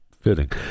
fitting